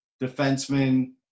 defenseman